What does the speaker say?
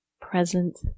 present